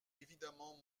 évidemment